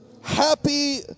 happy